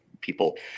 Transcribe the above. people